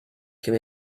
came